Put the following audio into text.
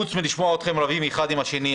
חוץ מלשמוע אתכם רבים אחד עם השני,